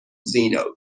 zeno